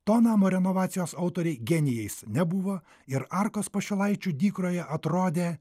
to namo renovacijos autoriai genijais nebuvo ir arkos pašilaičių dykroje atrodė